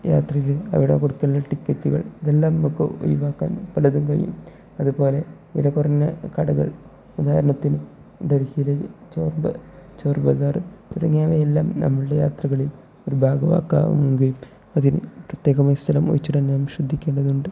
യാത്രയിൽ അവിടെ കൊടുക്കാനുള്ള ടിക്കറ്റുകൾ ഇതെല്ലാം നമുക്ക് ഒഴിവാക്കാൻ പലതും കഴിയും അതു പോലെ വില കുറഞ്ഞ കടകൾ ഉദാഹരണത്തിന് ഡൽഹിയിലെ ചോർ ചോർ ബസാർ തുടങ്ങിയവയെല്ലാം നമ്മളുടെ യാത്രകളിൽ ഒരു ഭാഗമാക്കാവുകയും അതിന് പ്രത്യേകമായി സ്ഥലം ഒഴിച്ചിടാൻ നാം ശ്രദ്ധിക്കേണ്ടതുണ്ട്